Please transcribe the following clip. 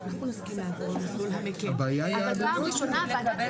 הבעיה היא העלויות.